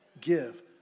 give